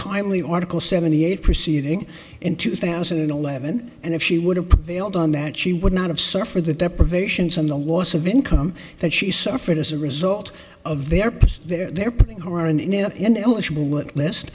tiley article seventy eight proceeding in two thousand and eleven and if she would have prevailed on that she would not have suffered the deprivations on the loss of income that she suffered as a result of their past their putting her in